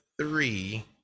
three